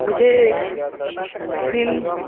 مجھے ایک دن